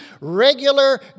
regular